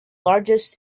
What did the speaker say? largest